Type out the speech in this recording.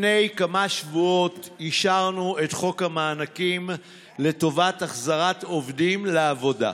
לפני כמה שבועות אישרנו את חוק המענקים לטובת החזרת עובדים לעבודה.